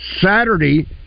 Saturday